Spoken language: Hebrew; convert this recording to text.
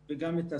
כן.